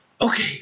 Okay